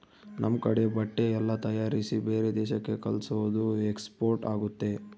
ನಮ್ ಕಡೆ ಬಟ್ಟೆ ಎಲ್ಲ ತಯಾರಿಸಿ ಬೇರೆ ದೇಶಕ್ಕೆ ಕಲ್ಸೋದು ಎಕ್ಸ್ಪೋರ್ಟ್ ಆಗುತ್ತೆ